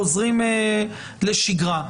חוזרים לשגרה.